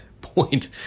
point